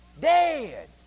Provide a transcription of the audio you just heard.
dead